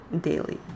daily